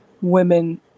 women